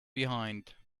behind